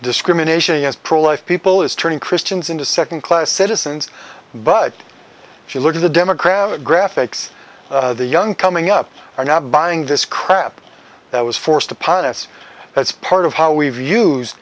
discrimination has pro life people is turning christians into second class citizens but she look at the democratic graphics the young coming up are not buying this crap that was forced upon us that's part of how we've used